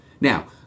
Now